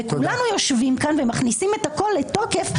וכולנו יושבים כאן ומכניסים את הכול לתוקף.